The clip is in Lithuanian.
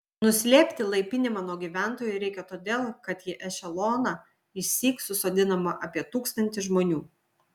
nuslėpti laipinimą nuo gyventojų reikia todėl kad į ešeloną išsyk susodinama apie tūkstantį žmonių